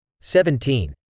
seventeen